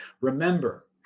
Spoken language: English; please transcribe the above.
Remember